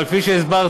אבל כפי שהסברתי,